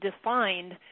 defined